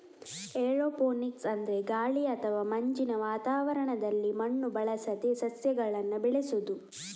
aeroponics ಅಂದ್ರೆ ಗಾಳಿ ಅಥವಾ ಮಂಜಿನ ವಾತಾವರಣದಲ್ಲಿ ಮಣ್ಣು ಬಳಸದೆ ಸಸ್ಯಗಳನ್ನ ಬೆಳೆಸುದು